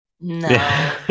no